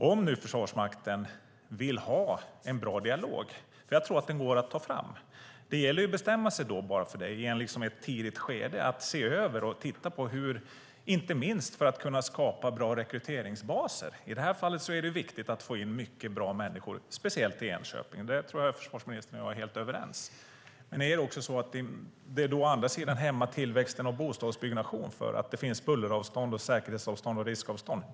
Om Försvarsmakten vill ha en bra dialog - jag tror att det går att få - gäller det att bestämma sig i ett tidigt skede för att se över hur man kan skapa bra rekryteringsbaser. I det här fallet är det viktigt att få in många bra människor, speciellt i Enköping. Jag tror att försvarsministern och jag är helt överens om det. Men det hämmar å andra sidan tillväxten av bostadsbyggnation för att det finns buller-, säkerhets och riskavstånd.